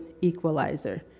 equalizer